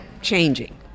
changing